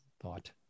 thought